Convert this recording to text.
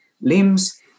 limbs